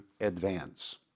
advance